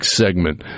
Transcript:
segment